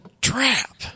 trap